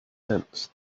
sense